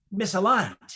misaligned